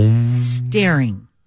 staring